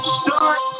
start